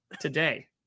today